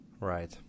Right